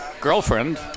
girlfriend